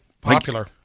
popular